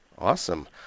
Awesome